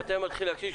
מתי אני מתחיל להקשיב?